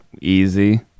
easy